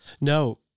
No